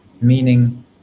meaning